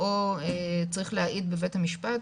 או צריך להעיד בבית המשפט,